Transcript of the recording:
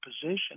position